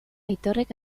aitorrek